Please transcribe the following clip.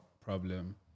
problem